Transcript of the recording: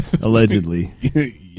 Allegedly